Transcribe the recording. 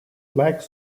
flax